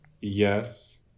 Yes